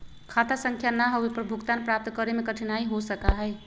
खाता संख्या ना होवे पर भुगतान प्राप्त करे में कठिनाई हो सका हई